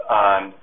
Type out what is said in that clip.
on –